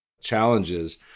challenges